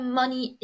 money